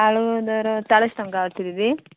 ଆଳୁ ଦର ଚାଳିଶି ଟଙ୍କା ଅଛି ଦିଦି